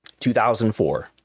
2004